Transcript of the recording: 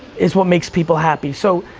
it's what makes people happy. so,